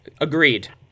agreed